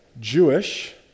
Jewish